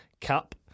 Cup